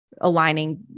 aligning